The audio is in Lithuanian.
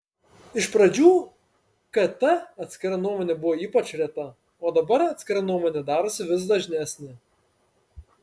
iš pradžių kt atskira nuomonė buvo ypač reta o dabar atskira nuomonė darosi vis dažnesnė